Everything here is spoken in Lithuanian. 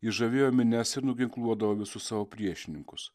jis žavėjo minias ir nuginkluodavo visus savo priešininkus